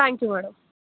thank you madam